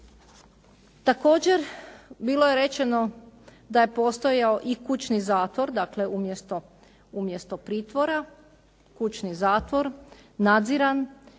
Također, bilo je rečeno da je postojao i kućni zatvor, dakle umjesto pritvora kućni zatvor nadziran,